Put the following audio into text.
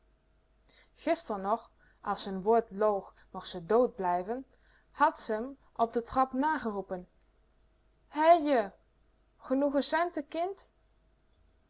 gister nog as ze n woord loog mocht ze dood blijven had ze m op de trap nageroepen hei-je genoeg centen kind